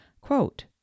quote